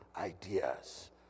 ideas